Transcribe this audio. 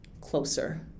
closer